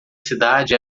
cidade